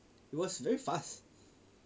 it was very fast